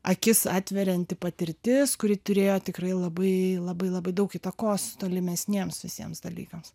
akis atverianti patirtis kuri turėjo tikrai labai labai labai daug įtakos tolimesniems visiems dalykams